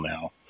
now